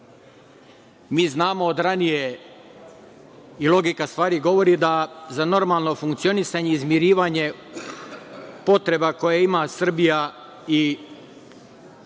Mi znamo od ranije, i logika stvari govori, da za normalno funkcionisanje, izmirivanje potreba koje ima Srbija i za